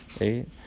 eight